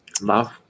Love